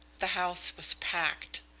the house was packed.